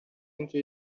into